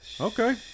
Okay